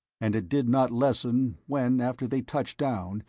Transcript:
and it did not lessen when, after they touched down,